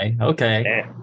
okay